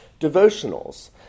devotionals